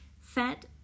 Fat